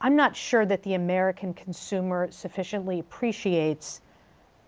i'm not sure that the american consumer sufficiently appreciates